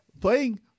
playing